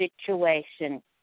situation